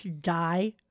die